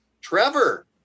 Trevor